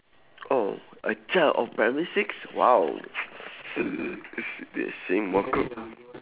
oh a child oh primary six !wow!